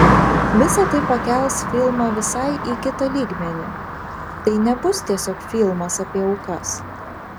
visa tai pakels filmą visai į kitą lygmenį tai nebus tiesiog filmas apie aukas